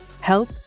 help